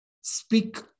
speak